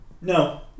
No